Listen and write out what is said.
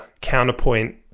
counterpoint